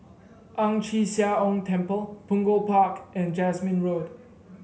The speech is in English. Ang Chee Sia Ong Temple Punggol Park and Jasmine Road